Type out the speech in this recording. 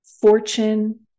fortune